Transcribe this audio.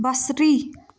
بصری